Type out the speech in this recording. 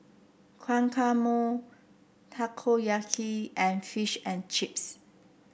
Guacamole Takoyaki and Fish and Chips